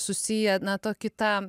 susiję na tokį tą